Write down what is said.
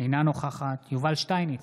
אינה נוכחת יובל שטייניץ,